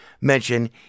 mention